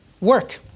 Work